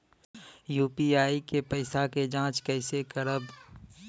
UPI के पैसा क जांच कइसे करब?